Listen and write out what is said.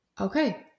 Okay